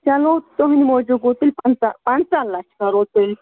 چلو تُہُنٛدۍ موٗجوٗب گوٚو تیٚلہِ پنٛژاہ پنٛژاہ لَچھ کَرو تیٚلہِ